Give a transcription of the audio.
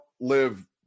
live